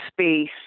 space